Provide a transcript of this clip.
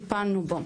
טיפלנו בו.